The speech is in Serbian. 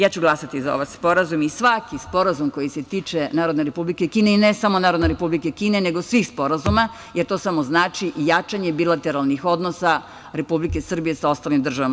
Ja ću glasati za ovaj sporazum i svaki sporazum koji se tiče Narodne Republike Kine i ne samo Narodne Republike Kine, nego svih sporazuma, jer to samo znači jačanje bilateralnih sporazuma Republike Srbije sa ostalim državama.